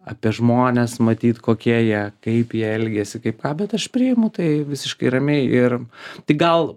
apie žmones matyt kokie jie kaip jie elgiasi kaip ką bet aš priimu tai visiškai ramiai ir tik gal